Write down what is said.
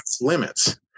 limits